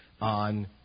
on